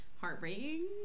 heartbreaking